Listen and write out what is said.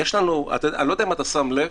אני לא יודע אם שמת לב,